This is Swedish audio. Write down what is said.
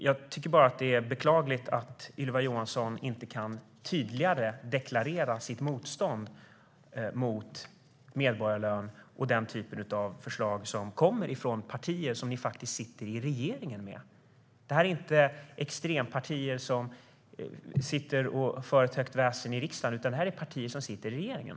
Jag tycker att det är beklagligt att Ylva Johansson inte tydligare kan deklarera sitt motstånd mot medborgarlön och den typen av förslag som kommer från ett parti som ni faktiskt sitter i regering med. Det här är inte ett extremparti som sitter och för väsen i riksdagen, utan det här är ett parti som sitter i regeringen.